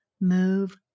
move